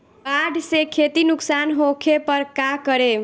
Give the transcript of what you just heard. बाढ़ से खेती नुकसान होखे पर का करे?